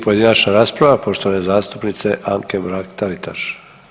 pojedinačna rasprava poštovane zastupnice Anke Mrak Taritaš.